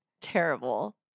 terrible